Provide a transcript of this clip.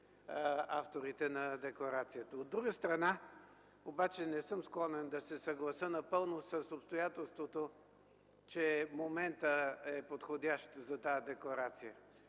авторите на декларацията. От друга страна, обаче, не съм склонен да се съглася напълно с обстоятелството, че моментът е подходящ за тази декларация.